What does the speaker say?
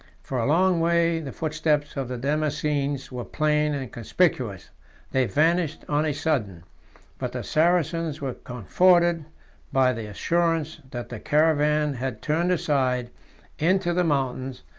for a long way the footsteps of the damascenes were plain and conspicuous they vanished on a sudden but the saracens were comforted by the assurance that the caravan had turned aside into the mountains,